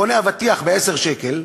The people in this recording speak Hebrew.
קונה אבטיח ב-10 שקלים,